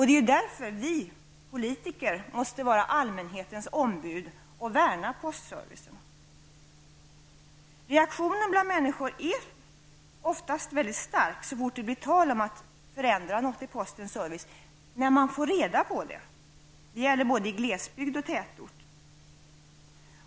Det är därför som vi politiker måste vara allmänhetens ombud och värna postservicen. Reaktionen bland människor är oftast mycket stark så fort det blir tal om att förändra något av postens service. Det gäller både i glesbygd och i tätort.